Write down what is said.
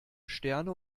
sterne